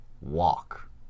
walk